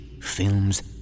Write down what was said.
films